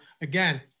Again